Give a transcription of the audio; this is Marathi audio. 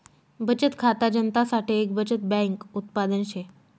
बचत खाता जनता साठे एक बचत बैंक उत्पादन शे